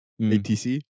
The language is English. ATC